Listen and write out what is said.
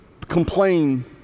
complain